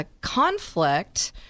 conflict